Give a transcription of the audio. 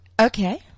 Okay